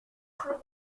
chose